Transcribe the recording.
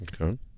Okay